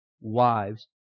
wives